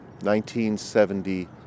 1970